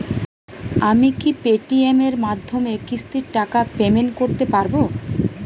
আমি কি Paytm এর মাধ্যমে কিস্তির টাকা পেমেন্ট করতে পারব?